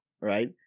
right